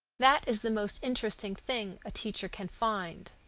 that is the most interesting thing a teacher can find.